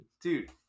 Dude